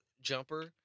jumper